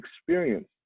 experience